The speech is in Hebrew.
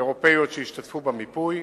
אירופיות שהשתתפו במיפוי.